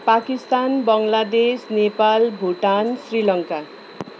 Pakistan Bangladesh Nepal Bhutan Sri Lanka